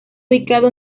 ubicado